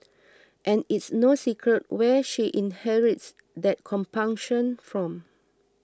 and it's no secret where she inherits that compunction from